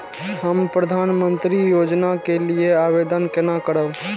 हम प्रधानमंत्री योजना के लिये आवेदन केना करब?